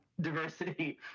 diversity